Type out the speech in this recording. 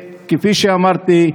כפי שאמרתי,